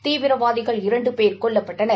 தீவிரவாதிகள் இரண்டு பேர் கொல்லப்பட்டனர்